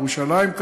בירושלים,